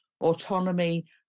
autonomy